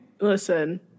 listen